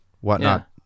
whatnot